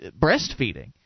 breastfeeding